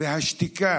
והשתיקה